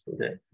today